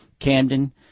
Camden